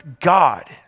God